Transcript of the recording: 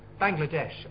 Bangladesh